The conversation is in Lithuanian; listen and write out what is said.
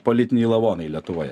politiniai lavonai lietuvoje